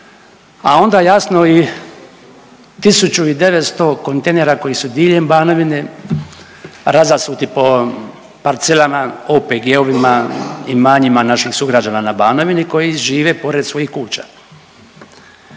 a onda jasno i 1900 kontejnera koji su diljem Banovine razasuti po parcelama, OPG-ovima, imanjima naših sugrađana na Banovini, koji žive pored svojih kuća